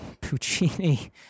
Puccini